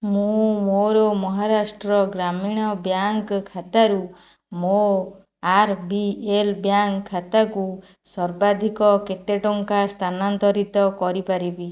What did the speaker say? ମୁଁ ମୋର ମହାରାଷ୍ଟ୍ର ଗ୍ରାମୀଣ ବ୍ୟାଙ୍କ୍ ଖାତାରୁ ମୋ ଆର୍ ବି ଏଲ୍ ବ୍ୟାଙ୍କ ଖାତାକୁ ସର୍ବାଧିକ କେତେ ଟଙ୍କା ସ୍ଥାନାନ୍ତରିତ କରିପାରିବି